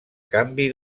canvi